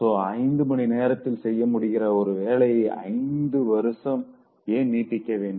so ஐந்து மணி நேரத்தில் செய்ய முடிகிற ஒரு வேலையை ஐந்து வருஷம் ஏன் நீட்டிக்க வேண்டும்